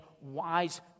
wise